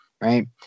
right